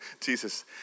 Jesus